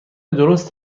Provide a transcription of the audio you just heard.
درست